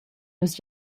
nus